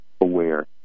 aware